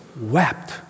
wept